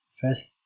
first